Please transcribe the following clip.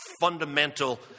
fundamental